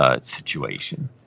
situation